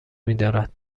میدارد